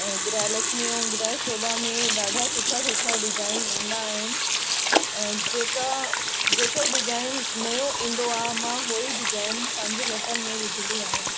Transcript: ऐं ग्रहलक्ष्मी ऐं ग्रहशोभा में ॾाढा सुठा सुठा डिजाइन ईंदा आहिनि ऐं जेका जेको डिजाइन नयो ईंदो आहे मां होई डिजाइन पंहिंजी लटनि में विझदी आहियां